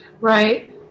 Right